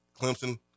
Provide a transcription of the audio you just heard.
Clemson